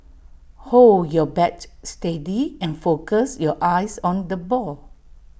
hold your bat steady and focus your eyes on the ball